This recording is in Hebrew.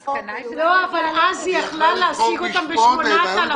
לא, אבל אז היא יכלה להשיג אותם ב-8,000.